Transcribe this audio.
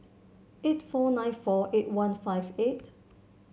eight four nine four eight one five eight